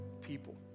people